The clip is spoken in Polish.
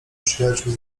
przyjaciół